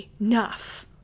enough